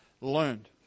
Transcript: learned